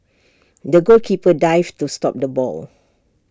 the goalkeeper dived to stop the ball